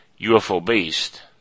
UFO-based